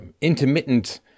intermittent